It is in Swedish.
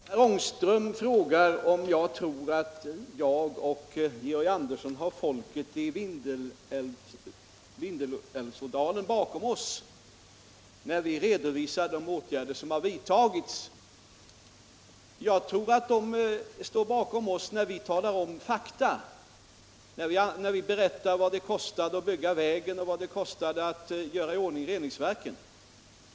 Herr talman! Herr Ångström frågar om jag tror att Georg Andersson och Jag har folket i Vindelådalen bakom oss när vi redovisar de åtgärder som har vidtagits. Sag tror att människorna där står bakom oss när vi talar om fakta, när vi berättar vad det kostade att bygga vägen. vad det kostade att göra i ordning reningsverket.